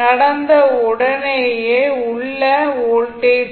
நடந்த உடனேயே உள்ள வோல்டேஜ் ஆகும்